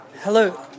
Hello